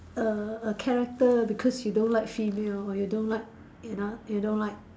a a character because you don't like female or you don't like you know you don't like